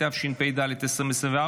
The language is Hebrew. התשפ"ד 2024,